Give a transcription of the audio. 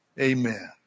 Amen